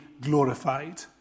glorified